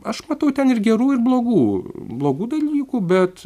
aš matau ten ir gerų ir blogų blogų dalykų bet